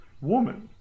woman